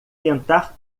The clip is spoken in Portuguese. tentar